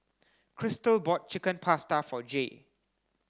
Crystal bought Chicken Pasta for Jaye